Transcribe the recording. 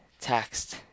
text